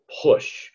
push